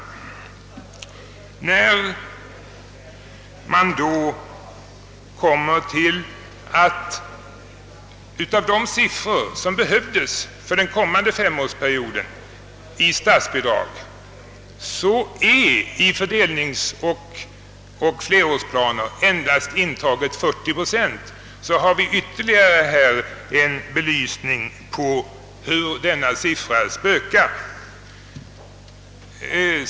När det då visar sig, att av dessa beräknade anslagssummor har i fördelningsoch flerårsplaner endast upptagits 40 procent i form av statsbidrag, kan man se, att denna siffra återigen spökar.